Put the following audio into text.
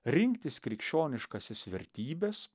rinktis krikščioniškąsias vertybes